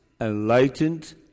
enlightened